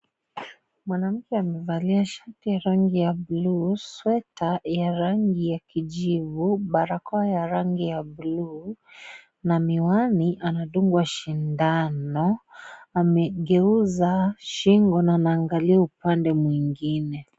Mwanamke amevalia shati ya rangi ya bluu, sweta ya rangi ya kijivu, barakoa ya rangi ya bluu na miwani. Anadungwa sindano. Amegeuza shingo na anaangalia upande mwingine.